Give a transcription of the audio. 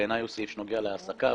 בעיניי הוא סעיף שנוגע להעסקה,